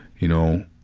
you know,